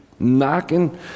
knocking